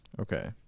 Okay